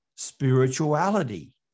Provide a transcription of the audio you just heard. Spirituality